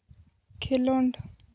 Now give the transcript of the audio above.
ᱠᱷᱮᱞᱳᱸᱰ